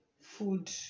food